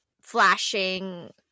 flashing